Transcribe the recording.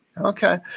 Okay